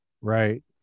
Right